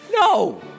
No